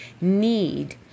need